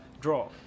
draw